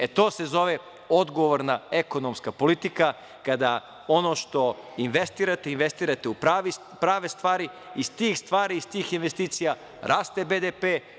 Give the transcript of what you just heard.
E, to se zove odgovorna ekonomska politika, kada ono što investirate, investirate u prave stvari i iz tih stvari, investicija, raste BDP.